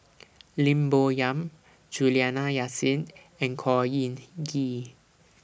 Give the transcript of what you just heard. Lim Bo Yam Juliana Yasin and Khor Ean Ghee